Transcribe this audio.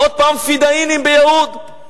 עוד פעם "פדאינים" ביהוד?